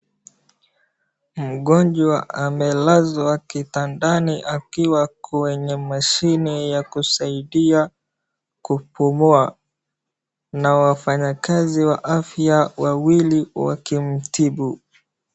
Mgonjwa amelazwa kitandani akiwa kwenye mashine ya kusaidia kupumua na wafanyakazi wa afya wawili wakimtibu.